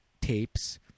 tapes